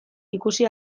ikusi